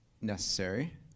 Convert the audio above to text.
Necessary